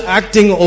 acting